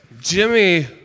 Jimmy